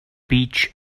beech